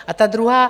A ta druhá.